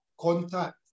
contact